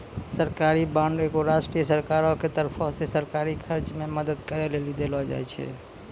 सरकारी बांड एगो राष्ट्रीय सरकारो के तरफो से सरकारी खर्च मे मदद करै लेली देलो जाय छै